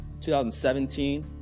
2017